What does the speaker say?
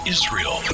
Israel